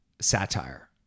satire